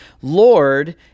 Lord